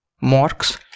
marks